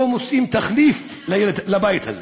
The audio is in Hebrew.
לא מוצאים תחליף לבית הזה.